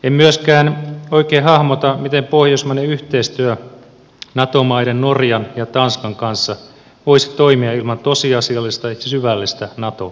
en myöskään oikein hahmota miten pohjoismainen yhteistyö nato maiden norjan ja tanskan kanssa voisi toimia ilman tosiasiallista ja syvällistä nato yhteistyötä